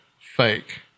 fake